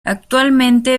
actualmente